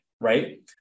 right